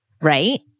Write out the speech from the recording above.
right